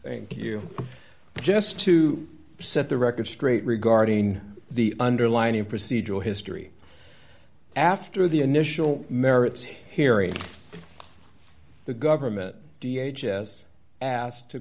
l you just to set the record straight regarding the underlying procedural history after the initial merits hearing the government de ages asked to